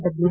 W